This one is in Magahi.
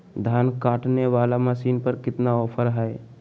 धान काटने वाला मसीन पर कितना ऑफर हाय?